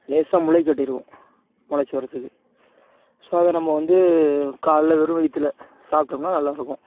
லேசாக முளைகட்டிருக்கும் முளச்சி வரதுக்கு ஸோ அதை நம்ம வந்து காலைல வெறும் வயிற்றுல சாப்பிட்டோம்னா நல்லாயிருக்கும்